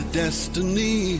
destiny